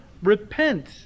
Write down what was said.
Repent